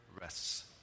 rests